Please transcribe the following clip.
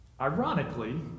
Ironically